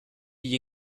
gli